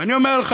ואני אומר לך,